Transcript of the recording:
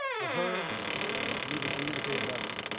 i've heard i need to communicate better.